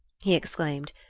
he exclaimed,